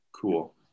cool